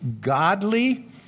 godly